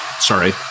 Sorry